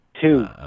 two